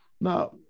Now